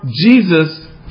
Jesus